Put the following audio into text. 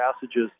passages